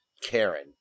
Karen